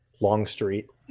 Longstreet